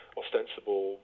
ostensible